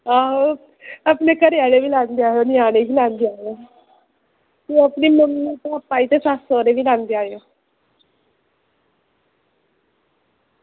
आहो अपने घरैआह्ले गी बी लैंदे आएओ ञ्याने बी लैंदे आएओ ते अपनी मम्मी भापै ई ते सस्स सौह्रे गी बी लैंदे आएओ